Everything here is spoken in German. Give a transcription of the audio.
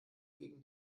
gegen